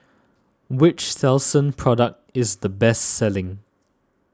which Selsun product is the best selling